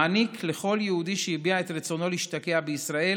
מעניק לכל יהודי שהביע את רצונו להשתקע בישראל